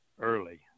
early